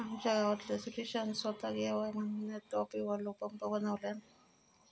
आमच्या गावातल्या सुरेशान सोताच येका म्हयन्यात ट्रॉलीवालो पंप बनयल्यान